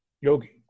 Yogi